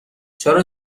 چرا